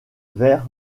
vers